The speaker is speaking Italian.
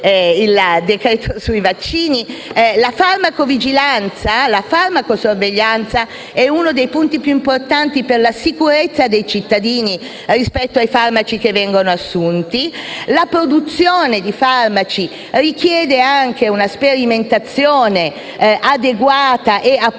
la farmacosorveglianza, sia uno dei punti più importanti per la sicurezza dei cittadini rispetto ai farmaci che vengono assunti. La produzione di farmaci richiede anche una sperimentazione adeguata e appropriata.